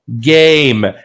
game